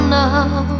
now